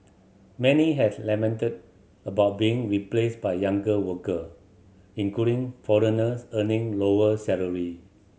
many has lamented about being replaced by younger worker including foreigners earning lower salary